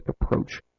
approach